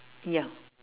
ya